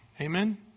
Amen